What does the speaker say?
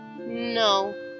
No